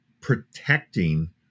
protecting